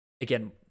Again